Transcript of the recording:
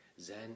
Zen